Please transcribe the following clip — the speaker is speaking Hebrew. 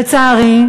לצערי,